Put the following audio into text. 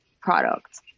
product